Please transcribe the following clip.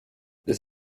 this